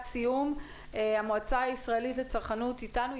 סיום המועצה הישראלית לצרכנות אתנו?